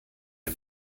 der